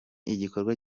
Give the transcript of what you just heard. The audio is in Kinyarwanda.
igikorwa